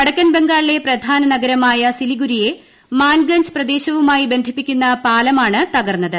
വടക്കൻ ബംഗാളിലെ പ്രധാന നഗരമായ സിലിഗുരിയെ മാൻഗഞ്ച് പ്രദേശവുമായി ബന്ധിപ്പിക്കുന്ന പാലമാണ് തകർന്നത്